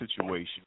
situation